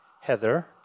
Heather